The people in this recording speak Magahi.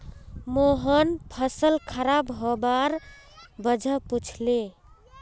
मोहन फसल खराब हबार वजह पुछले